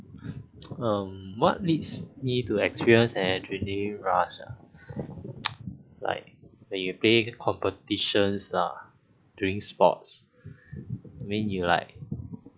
um what leads me to experience an adrenaline rush ah like when you play competitions lah during sports I mean you'll like